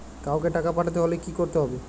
কাওকে টাকা পাঠাতে হলে কি করতে হবে?